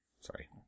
Sorry